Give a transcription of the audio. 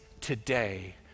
today